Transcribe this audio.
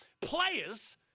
Players